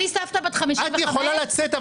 את יכולה לצאת,